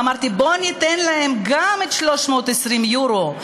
ואמרתי: בואו ניתן להם גם את ה-320 יורו,